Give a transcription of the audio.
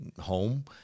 home